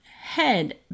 head